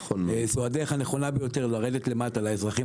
זו הדרך הנכונה ביותר לרדת למטה לאזרחים